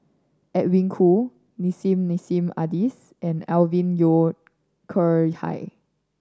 Edwin Koo Nissim Nassim Adis and Alvin Yeo Khirn Hai